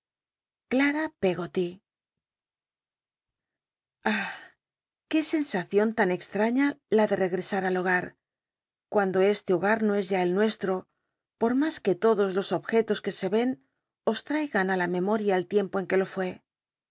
cr ah qué scnsaeion tan extraña la de rcgtesar al hogar cuando este hogar no es ya el nucslt'o por mas que todos los objetos que se i'cn os traigan la memoria el tiemi o cu jtte lo fué